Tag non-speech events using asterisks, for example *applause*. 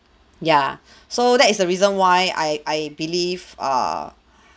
ya *breath* so that is the reason why I I believe err *breath*